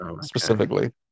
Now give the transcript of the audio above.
specifically